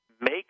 make